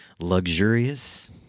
luxurious